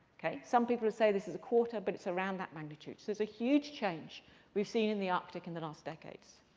ok? some people will say this is a quarter, but it's around that magnitude. so there's a huge change we've seen in the arctic in the last decades.